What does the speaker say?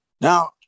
Now